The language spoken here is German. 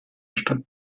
stadt